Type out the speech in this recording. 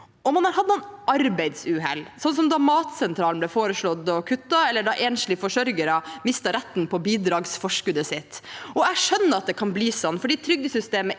Man har hatt noen arbeidsuhell, som da Matsentralen ble foreslått kuttet, eller da enslige forsørgere mistet retten til bidragsforskuddet sitt. Jeg skjønner at det kan bli sånn, for trygdesystemet